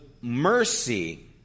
mercy